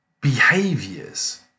behaviors